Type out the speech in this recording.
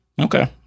Okay